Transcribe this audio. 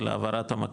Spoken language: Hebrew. על העברת המקל,